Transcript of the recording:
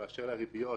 הבן אדם הגיש שאלון.